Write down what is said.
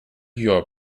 your